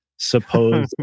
suppose